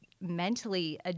mentally